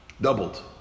doubled